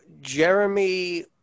Jeremy